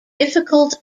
difficult